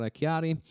Chiari